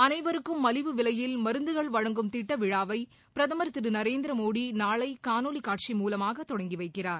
அனைவருக்கும் மலிவு விலையில் மருந்துகள் வழங்கும் திட்ட விழாவை பிரதமர் திரு நரேந்திர மோடி நாளை காணொலி காட்சி மூலமாக தொடங்கி வைக்கிறார்